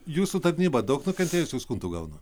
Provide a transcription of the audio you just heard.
jūsų tarnyba daug nukentėjusių skundų gauna